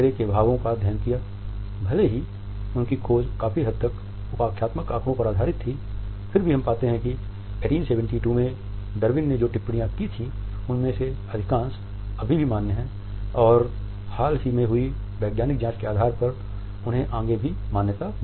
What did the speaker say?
भले ही उनकी खोज काफी हद तक उपाख्यानात्मक आंकड़ों पर आधारित थी फिर भी हम पाते हैं कि 1872 में डार्विन ने जो टिप्पणियां की थीं उनमें से अधिकांश अभी भी मान्य हैं और हाल ही में हुई वैज्ञानिक जांच के आधार पर उन्हें आगे भी मान्यता मिली है